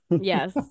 Yes